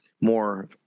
more